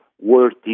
worthy